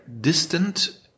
distant